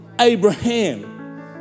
Abraham